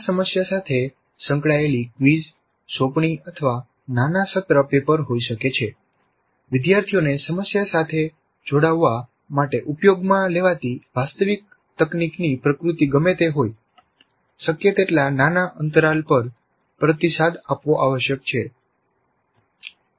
આ સમસ્યા સાથે સંકળાયેલી ક્વિઝ સોંપણી અથવા નાના સત્ર પેપર હોઈ શકે છે વિદ્યાર્થીઓને સમસ્યા સાથે જોડાવવા માટે ઉપયોગમાં લેવાતી વાસ્તવિક તકનીકની પ્રકૃતિ ગમે તે હોય શક્ય તેટલા નાના અંતરાલ પર પ્રતિસાદ આપવો આવશ્યક છે